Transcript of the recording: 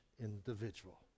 individual